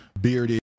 bearded